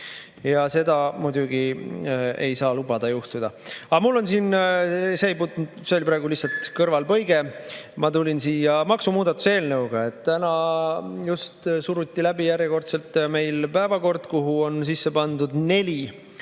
Seda muidugi ei saa lubada juhtuda. Aga see oli praegu lihtsalt kõrvalepõige. Ma tulin siia maksumuudatuse eelnõuga. Täna just suruti järjekordselt meil läbi päevakord, kuhu on sisse pandud neli